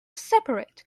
separate